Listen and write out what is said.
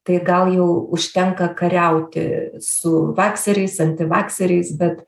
tai gal jau užtenka kariauti su vakseriais antivakseriais bet